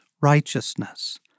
righteousness